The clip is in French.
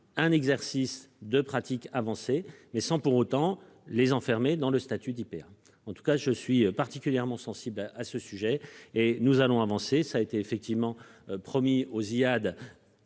un exercice de pratique avancée mais sans pour autant les enfermer dans le statut d'IPA en tout cas je suis particulièrement sensible à à ce sujet et nous allons avancer. Ça a été effectivement promis aux